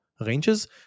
ranges